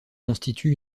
constitue